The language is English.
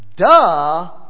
Duh